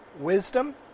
wisdom